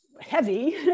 heavy